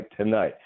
tonight